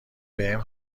بهم